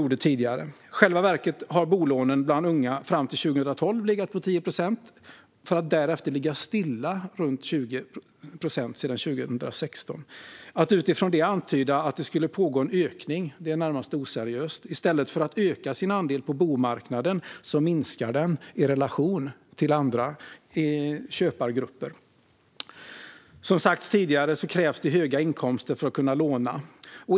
I själva verket har bolånen bland unga fram till 2012 legat på 10 procent för att därefter ligga stilla på runt 20 procent sedan 2016. Att utifrån det antyda att det skulle pågå en ökning är närmast oseriöst. I stället för att andelen på bomarknaden ökar minskar den i relation till andra köpargrupper. Som har sagts tidigare krävs det höga inkomster för att kunna låna.